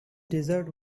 desert